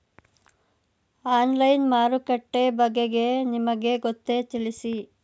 Online ಮಾರುಕಟ್ಟೆ ಬಗೆಗೆ ನಿಮಗೆ ಗೊತ್ತೇ? ತಿಳಿಸಿ?